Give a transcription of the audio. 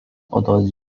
odos